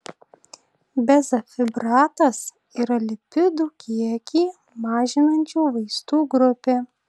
bezafibratas yra lipidų kiekį mažinančių vaistų grupė